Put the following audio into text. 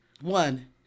One